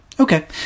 Okay